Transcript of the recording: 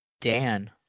Dan